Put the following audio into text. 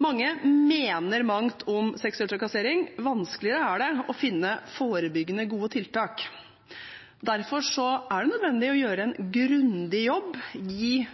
Mange mener mangt om seksuell trakassering. Vanskeligere er det å finne forebyggende tiltak. Derfor er det nødvendig å gjøre en grundig jobb, gi